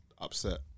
upset